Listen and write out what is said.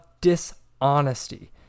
dishonesty